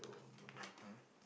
ya !huh!